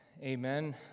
Amen